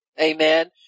Amen